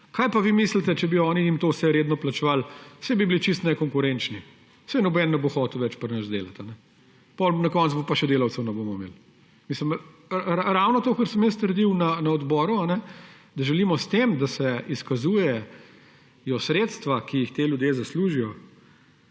Kaj pa vi mislite, če bi jim oni to vse redno plačevali? Saj bi bili čisto nekonkurenčni, saj noben ne bo hotel več pri nas delati, na konec pa še delavcev ne bomo imeli. Mislim, ravno to, kar sem trdil na odboru, da želimo s tem, da se izkazujejo sredstva, ki jih ti ljudje zaslužijo